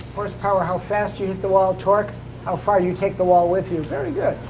horsepower how fast you hit the wall. torque how far you take the wall with you. very good.